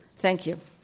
thank you.